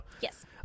Yes